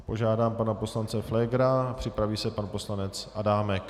Požádám pana poslance Pflégera, připraví se pan poslanec Adámek.